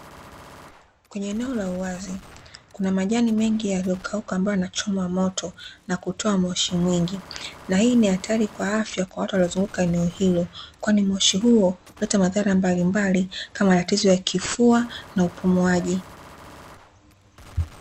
Kwenye eneo la uwazi kuna majani mengi yaliyokauka ambayo yanachomwa moto, na kutoa moshi mwingi. Na hii ni hatari kwa afya kwa watu waliozunguka eneo hilo, kwani moshi huo huleta madhara mbalimbali, kama matatizo ya kifua na upumuaji.